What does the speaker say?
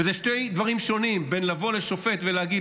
ואלה שני דברים שונים בין לבוא לשופט ולהגיד